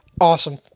Awesome